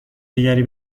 دیگری